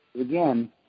Again